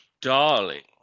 Darling